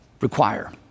require